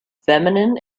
feminine